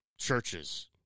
churches